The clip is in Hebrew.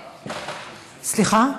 סליחה?